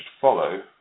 follow